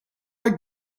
are